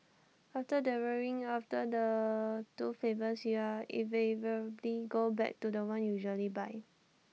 after dithering over the two favours you invariably go back to The One you usually buy